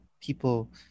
people